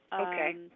Okay